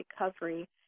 recovery